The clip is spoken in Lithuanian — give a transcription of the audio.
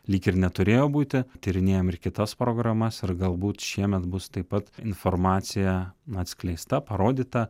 lyg ir neturėjo būti tyrinėjam ir kitas programas ir galbūt šiemet bus taip pat informacija atskleista parodyta